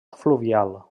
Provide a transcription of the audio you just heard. fluvial